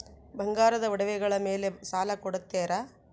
ಬಂಗಾರದ ಒಡವೆಗಳ ಮೇಲೆ ಸಾಲ ಕೊಡುತ್ತೇರಾ?